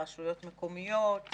רשויות מקומיות,